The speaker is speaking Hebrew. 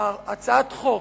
הצעת חוק,